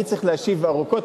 אני צריך להשיב ארוכות,